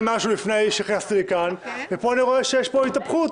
משהו לפני שנכנסתי לכאן ופה אני רואה שיש התהפכות